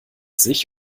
sich